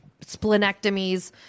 splenectomies